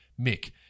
Mick